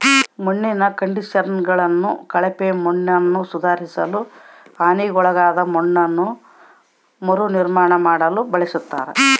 ಮಣ್ಣಿನ ಕಂಡಿಷನರ್ಗಳನ್ನು ಕಳಪೆ ಮಣ್ಣನ್ನುಸುಧಾರಿಸಲು ಹಾನಿಗೊಳಗಾದ ಮಣ್ಣನ್ನು ಮರುನಿರ್ಮಾಣ ಮಾಡಲು ಬಳಸ್ತರ